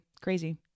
Crazy